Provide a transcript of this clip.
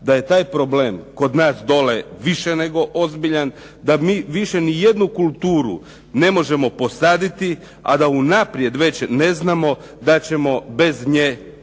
da je taj problem kod nas dole više nego ozbiljan, da mi više nijednu kulturu ne možemo posaditi, a da unaprijed već ne znamo da ćemo bez nje